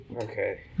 okay